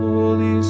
Holy